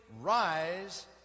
rise